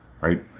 right